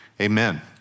amen